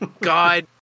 God